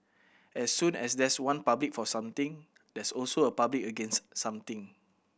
as soon as there's one public for something there's also a public against something